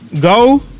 go